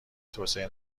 توسعه